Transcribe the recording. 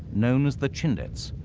known as the chindits,